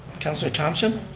councillor thompson.